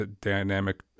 dynamic